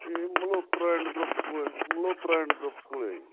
ਇਹ Malhotra and groups ਕੋਲ Malhotra and groups ਕੋਲ ਹੈ ਜੀ